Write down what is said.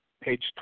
page